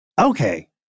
Okay